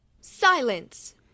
Silence